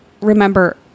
remember